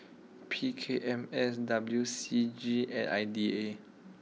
P K M S W C G and I D A